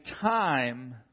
time